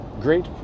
great